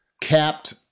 capped